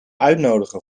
uitnodigen